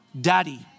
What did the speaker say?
Daddy